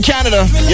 Canada